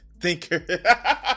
thinker